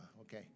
Okay